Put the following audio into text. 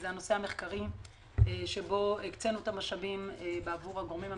הוא הנושא המחקרי שבו הקצינו את המשאבים בעבור הגורמים המקצועיים.